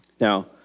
Now